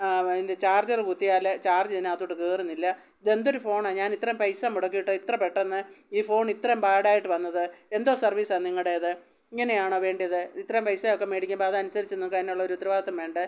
ആ അതിൻ്റെ ചാർജര് കുത്തിയാല് ചാർജിതിനകത്തോട്ട് കയറുന്നില്ല ഇതെന്തൊരു ഫോണാണ് ഞാനിത്രയും പൈസ മുടക്കിയിട്ടിത്ര പെട്ടെന്ന് ഈ ഫോണിത്രയും ബാഡായിട്ട് വന്നത് എന്തോ സർവീസാ നിങ്ങളുടേത് ഇങ്ങനെയാണോ വേണ്ടിത് ഇത്രയും പൈസയൊക്കെ മേടിക്കുമ്പോള് അതനുസരിച്ച് നിങ്ങള്ക്കതിനുള്ളൊരുത്തരവാദിത്തം വേണ്ടേ